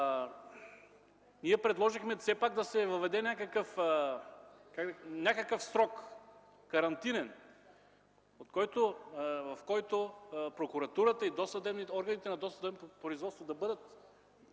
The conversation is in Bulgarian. Ние предложихме все пак да се въведе някакъв карантинен срок, в който прокуратурата и органите на досъдебното производство да бъдат